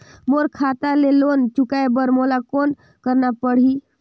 मोर खाता ले लोन चुकाय बर मोला कौन करना पड़ही?